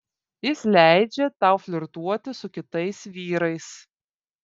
jis leidžia tau flirtuoti su kitais vyrais